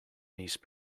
niece